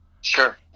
Sure